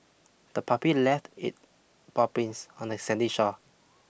the puppy left it paw prints on the sandy shore